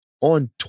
on